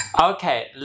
Okay